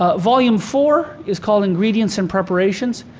ah volume four is called ingredients and preparations.